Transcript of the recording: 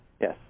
Yes